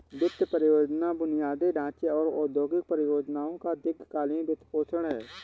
वित्त परियोजना बुनियादी ढांचे और औद्योगिक परियोजनाओं का दीर्घ कालींन वित्तपोषण है